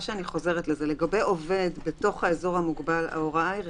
לגבי עובד בתוך האזור המוגבל ההוראה היא רחבה.